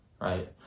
right